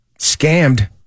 scammed